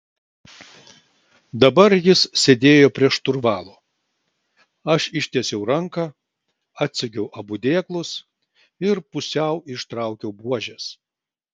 dabar jis sėdėjo prie šturvalo aš ištiesiau ranką atsegiau abu dėklus ir pusiau ištraukiau buožes